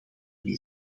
mee